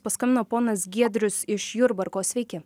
paskambino ponas giedrius iš jurbarko sveiki